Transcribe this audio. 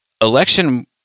election